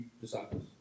disciples